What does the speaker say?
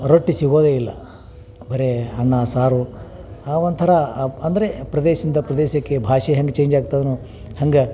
ರೊಟ್ಟಿ ಸಿಗೋದೇ ಇಲ್ಲ ಬರೀ ಅನ್ನ ಸಾರು ಆ ಒಂಥರ ಅಂದರೆ ಪ್ರದೇಶದಿಂದ ಪ್ರದೇಶಕ್ಕೆ ಭಾಷೆ ಹೆಂಗೆ ಚೇಂಜ್ ಆಗ್ತದ್ಯೋ ಹಂಗೆ